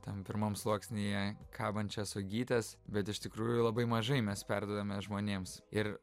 tam pirmam sluoknsyje kabančias uogytes bet iš tikrųjų labai mažai mes perduodame žmonėms ir